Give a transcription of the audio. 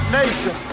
nation